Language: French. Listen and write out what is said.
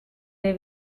est